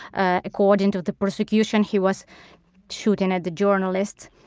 ah according to the prosecution, he was shooting at the journalist,